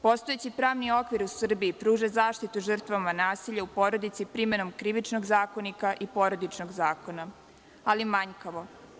Postojeći pravni okvir u Srbiji pruža zaštitu žrtvama nasilja u porodici primenom Krivičnog zakonika i Porodičnog zakona, ali manjkavo.